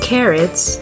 Carrots